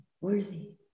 worthy